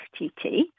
FTT